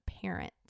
parent